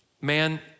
Man